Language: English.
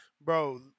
bro